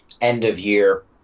end-of-year